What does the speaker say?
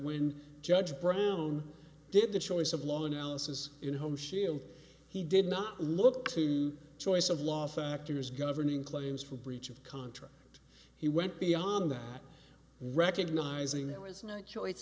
when judge brown did the choice of law analysis in home shield he did not look to choice of law factors governing claims for breach of contract he went beyond that recognizing there was no choice